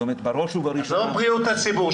עזוב בריאות הציבור.